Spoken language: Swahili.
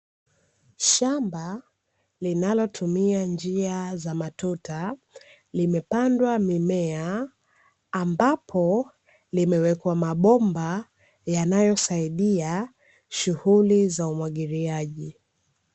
Shamba linalotumia njia za matuta limepandwa mimea, ambapo limewekwa mabomba yanayosaidia shughuli za umwagiliaji.